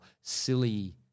silly